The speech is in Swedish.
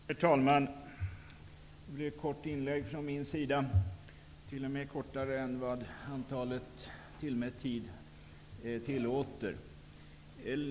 Herr talman! Det blir ett kort inlägg från min sida, t.o.m. kortare än den tillmätta tiden tillåter.